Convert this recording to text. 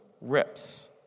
rips